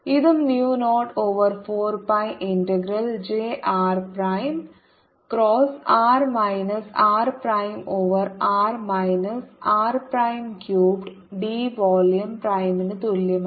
ഇതും mu 0 over 4 pi integral J r prime cross R minus R prime over R minus R prime cubed D volume പ്രൈമിന് തുല്യമാണ്